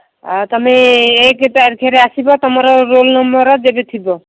ତୁମେ ଏକ ତାରିଖରୁ ଆସିବ ତୁମର ରୋଲ୍ ନମ୍ବର୍ ଯେବେ ଥିବ